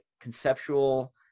conceptual